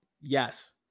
Yes